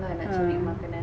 ha